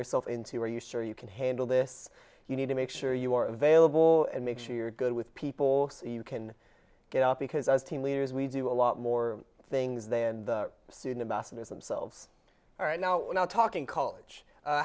yourself into are you sure you can handle this you need to make sure you are available and make sure you're good with people you can get up because as team leaders we do a lot more things than the student bassam is themselves right now we're not talking college